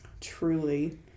Truly